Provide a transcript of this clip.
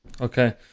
Okay